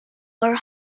were